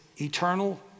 eternal